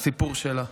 והסיפור שלה.